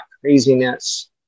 craziness